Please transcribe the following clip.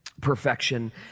perfection